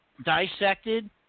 dissected